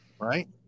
Right